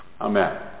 Amen